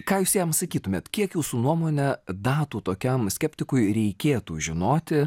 ką jūs jam sakytumėt kiek jūsų nuomone datų tokiam skeptikui reikėtų žinoti